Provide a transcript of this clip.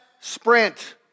Sprint